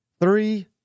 Three